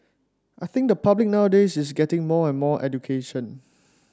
I think the public nowadays is getting more and more education